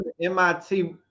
MIT